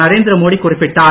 நரேந்திரமோடி குறிப்பிட்டார்